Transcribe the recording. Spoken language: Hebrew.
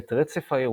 ואת רצף האירועים.